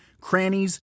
crannies